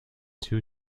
two